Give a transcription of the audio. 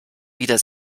wieder